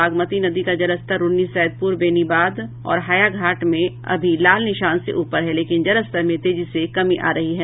बागमती नदी का जलस्तर रून्नीसैदप्र बेनीबाद और हायाघाट में अभी लाल निशान से ऊपर है लेकिन जलस्तर में तेजी से कमी आ रही है